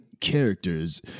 characters